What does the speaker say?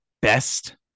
best